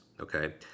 Okay